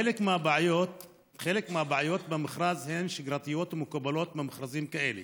חלק מהבעיות במכרז הן שגרתיות ומקובלות במכרזים כאלה,